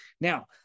Now